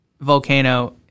Volcano